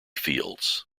fields